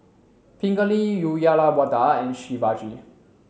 Pingali Uyyalawada and Shivaji